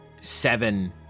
Seven